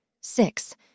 Six